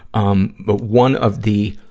um but one of the,